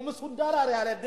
הוא הרי מסונדל על-ידי